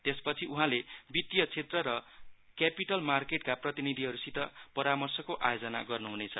त्यस पछि उहाले वित्तीय क्षेत्र र क्यापिटल मार्केटका पतिनिधिसित परामर्शको आयोजना गर्नुहुनेछ